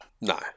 No